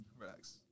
Relax